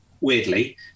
weirdly